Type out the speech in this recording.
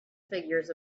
figures